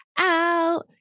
out